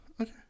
okay